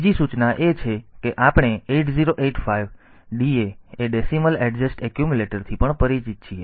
બીજી સૂચના એ છે કે આપણે 8085 DA એ ડેસિમલ એડજસ્ટ એક્યુમ્યુલેટરથી પણ પરિચિત છીએ